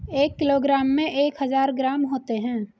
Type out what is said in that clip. एक किलोग्राम में एक हजार ग्राम होते हैं